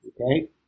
Okay